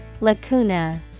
Lacuna